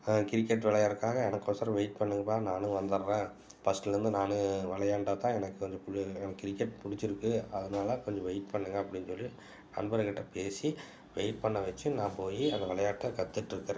cricket விளையாடுறதுக்காக எனக்கோசரம் wait பண்ணுங்கப்பா நானும் வந்துடறேன் ஃபஸ்ட்டில் இருந்து நான் விளையாண்டா தான் எனக்கு கொஞ்சம் குளிர் கிரிக்கெட் பிடிச்சிருக்கு அதனால கொஞ்சம் வெயிட் பண்ணுங்கள் அப்படினு சொல்லி நண்பர்கள்கிட்ட பேசி வெயிட் பண்ண வச்சு நான் போய் அந்த விளையாட்ட கற்றுட்டு இருக்கிறேன்